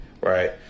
right